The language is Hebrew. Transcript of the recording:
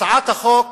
הצעת החוק